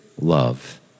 love